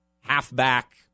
halfback